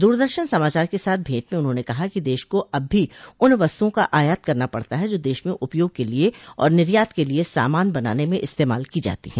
दूरदर्शन समाचार के साथ भेंट में उन्होंने कहा कि देश को अब भी उन वस्तुओं का आयात करना पड़ता है जो देश में उपयोग के लिए और निर्यात के लिए सामान बनाने में इस्तमाल की जाती हैं